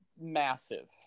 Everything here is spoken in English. massive